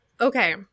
okay